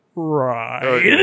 Right